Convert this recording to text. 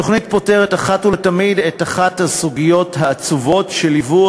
התוכנית פותרת אחת ולתמיד את אחת הסוגיות העצובות שליוו